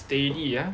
steady ah